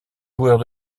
joueurs